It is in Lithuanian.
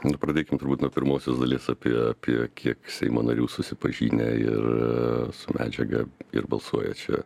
nu pradėkim turbūt nuo pirmosios dalies apie apie kiek seimo narių susipažinę ir su medžiaga ir balsuoja čia